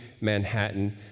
Manhattan